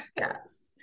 Yes